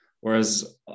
whereas